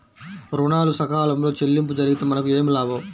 ఋణాలు సకాలంలో చెల్లింపు జరిగితే మనకు ఏమి లాభం?